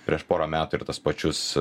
prieš porą metų ir tas pačius